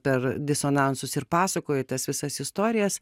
per disonansus ir pasakoju tas visas istorijas